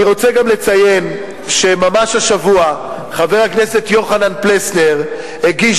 אני רוצה גם לציין שממש השבוע חבר הכנסת יוחנן פלסנר הגיש